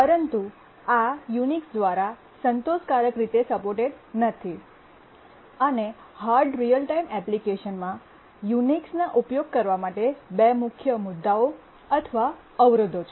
પરંતુ આ યુનિક્સ દ્વારા સંતોષકારક રીતે સપોર્ટેડ નથી અને હાર્ડ રીઅલ ટાઇમ એપ્લિકેશનમાં યુનિક્સનો ઉપયોગ કરવા માટે બે મુખ્ય મુદ્દાઓ અથવા અવરોધો છે